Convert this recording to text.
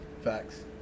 Facts